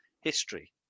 history